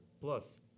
plus